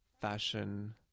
fashion